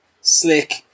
slick